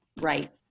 right